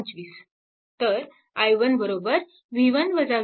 25 तर i1 0